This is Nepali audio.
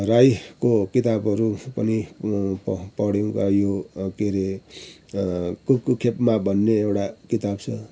राईको किताबहरू पनि पढ पढ्यौँ र यो के अरे कू कू खेप्मा भन्ने एउटा किताब छ